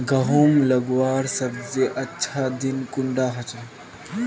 गहुम लगवार सबसे अच्छा दिन कुंडा होचे?